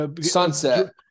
sunset